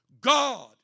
God